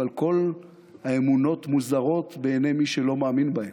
אבל כל האמונות מוזרות בעיני מי שלא מאמין בהן.